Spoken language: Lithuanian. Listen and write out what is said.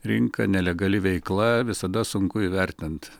rinka nelegali veikla visada sunku įvertint